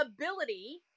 ability